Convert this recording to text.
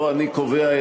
לא אני קובע,